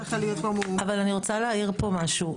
אבל אני רוצה להעיר פה משהו.